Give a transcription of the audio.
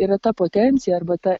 yra ta potencija arba ta